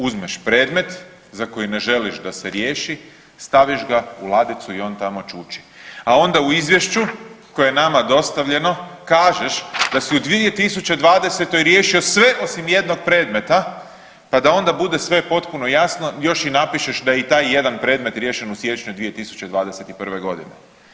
Uzmeš predmet za koji ne želiš da se riješi, staviš ga u ladici i on tamo čuči, a onda u Izvješću koje je nama dostavljeno kažeš da si u 2020. riješio sve osim jednog predmeta, pa da onda bude sve potpuno jasno još i napišeš da je i taj jedan predmet riješen u siječnju 2021.godine.